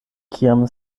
kiam